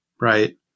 right